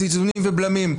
אלה איזונים ובלמים.